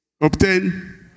Obtain